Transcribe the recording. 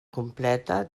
completa